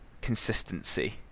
consistency